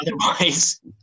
Otherwise